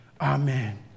amen